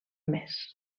més